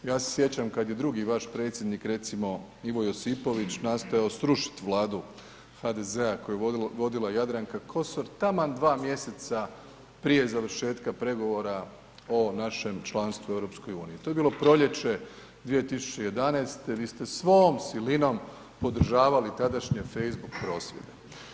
Ja se sjećam kad je drugi vaš predsjednik recimo Ivo Josipović nastojao srušiti Vladu HDZ-a koju je vodila Jadranka Kosor taman 2 mj. prije završetka pregovora o našem članstvu u EU-u, to je bilo proljeće 2011., vi ste svom silinom podržavali tadašnje Facebook prosvjede.